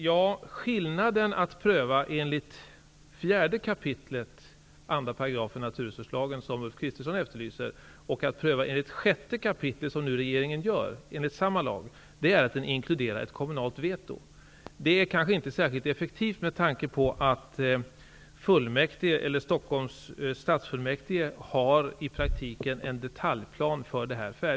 Ja, skillnaden mellan att pröva -- vilket Ulf Kristersson efterlyser -- enligt 2 § 4 kap. naturresurslagen och pröva enligt 6 § i samma lag, som regeringen gör, är att ett kommunalt veto inkluderas i det senare fallet. Det är kanske inte särskilt effektivt med tanke på att Stockholms stadsfullmäktige i praktiken har en färdig detaljplan för det här.